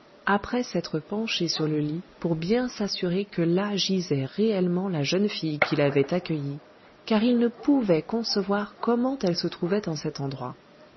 après s'être penché sur le lit pour bien s'assurer que là gisait réellement la jeune fille qu'il avait accueillie car il ne pouvait concevoir comment elle se trouvait en cet endroit